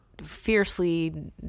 fiercely